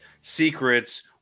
secrets